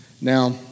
Now